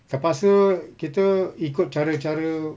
terpaksa kita ikut cara cara